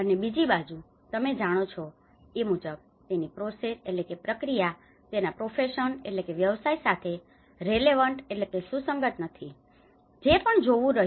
અને બીજી બાજુ તમે જાણો છો એ મુજબ તેની પ્રોસેસ process પ્રક્રિયા તેના પ્રોફેશન profession વ્યવસાય સાથે રેલેવન્ટ relevant સુસંગત નથી જે પણ જોવું રહ્યું